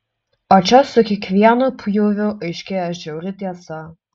o čia su kiekvienu pjūviu aiškėja žiauri tiesa